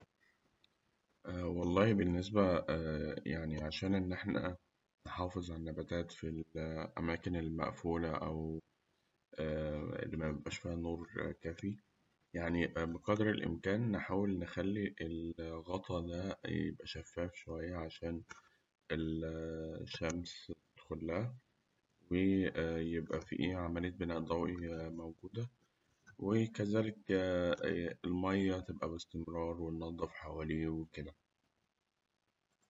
والله بالنسبة يعني عشان إن إحنا نحافظ على النباتات في الأماكن المقفولة أو اللي مبيبقاش فيها نور كافي، يعني بقدر الإمكان نخلي الغطا ده يبقى شفاف شوية، عشان الشمس تدخلها، ويبقى فيه عملية بناء ضوئي موجودة، وكذلك الماية تبقى باستمرار وننضف حواليه وكده.